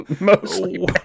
Mostly